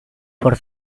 for